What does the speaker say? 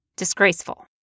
Disgraceful